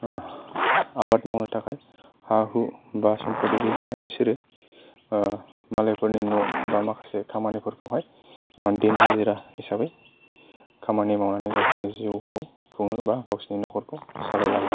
आबाद मावनो थाखाय हा हु बा समप्ति गैजाया बिसोरो मालायफोरनि न' बा माखासे खामानिफोरखौहाय दिन हाजिरा हिसाबै खामानि मावनानै गावसोरनि जिउखौ खुङो एबा गावसोरनि न'खरखौ सालायलाङो